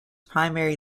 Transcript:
primary